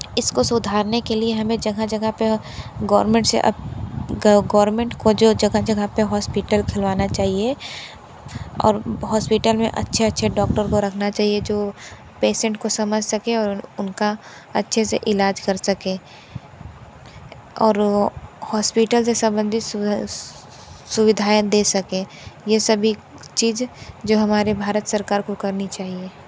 इसको सुधारने के लिए हमें जगह जगह पे गौर्मेंट से अप गौर्मेंट को जो जगह जगह पे हॉस्पीटल खुलवाना चाहिए और हॉस्पिटल में अच्छे अच्छे डॉक्टर को रखना चाहिए जो पेसेंट को समझ सकें और उनका अच्छे से इलाज कर सकें और वो हॉस्पीटल से सम्बंधित सुवि सु सुविधाएं दे सकें ये सभी चीज़ जो हमारे भारत सरकार को करनी चाहिए